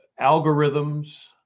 algorithms